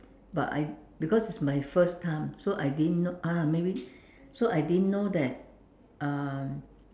but I because my first time so I didn't know ah maybe so I didn't know that um